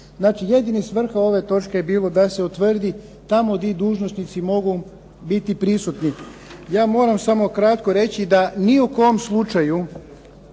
jedina svrha ove točke je bilo da se utvrdi tamo gdje dužnosnici mogu biti prisutni. Ja moram samo kratko reći da ni u kom slučaju